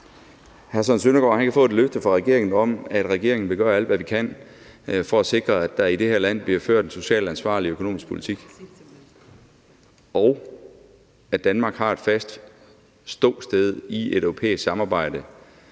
Søren Søndergaard kan få et løfte fra regeringen om, at regeringen vil gøre alt, hvad vi kan, for at sikre, at der i det her land bliver ført en socialt ansvarlig økonomisk politik, og at Danmark har et fast ståsted i et europæisk samarbejde,